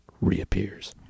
Reappears